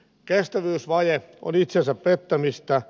kestävyysvaje on itsensä pettämistä